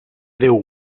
déu